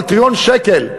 על טריליון שקל.